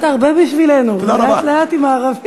זה קצת הרבה בשבילנו, לאט-לאט עם הערבית.